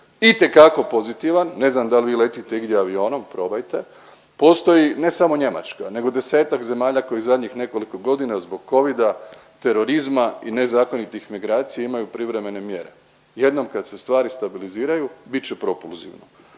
itekako pozitivan, ne znam da li vi letite igdje avionom, probajte. Postoji, ne samo Njemačka, nego desetak zemalja koji zadnjih nekoliko godina zbog Covida, terorizma i nezakonitih migracija imaju privremene mjere. Jednom kad se stvari stabiliziraju, bit će propulzivno.